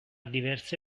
diverse